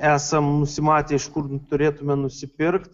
esam nusimatę iš kur turėtume nusipirkt